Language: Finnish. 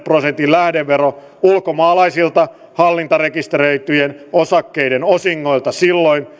lähdevero ulkomaalaisilta hallintarekisteröityjen osakkeiden osingoilta silloin